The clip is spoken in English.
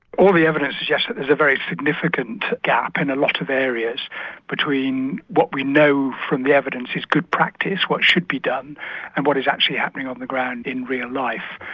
all the evidence suggests that there's a very significant gap in a lot of areas between what we know from the evidence is good practice, what should be done and what is actually happening on the ground in real life.